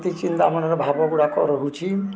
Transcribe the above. ଅତି ଚିନ୍ତା ମନର ଭାବଗୁଡ଼ାକ ରହୁଛି